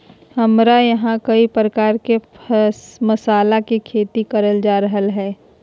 हमरा यहां कई प्रकार के मसाला के खेती करल जा रहल हई